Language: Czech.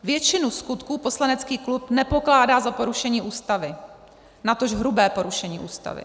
Většinu skutků poslanecký klub nepokládá za porušení Ústavy, natož hrubé porušení Ústavy.